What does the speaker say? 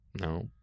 No